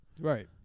right